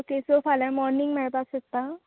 okay so फाल्यां morning मेळपा शकता